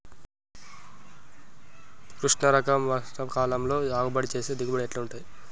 కృష్ణ రకం వర్ష కాలం లో సాగు చేస్తే దిగుబడి ఎట్లా ఉంటది?